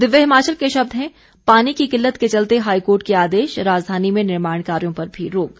दिव्य हिमाचल के शब्द हैं पानी की किल्लत के चलते हाईकोर्ट के आदेश राजधानी में निर्माण कार्यो पर भी रोक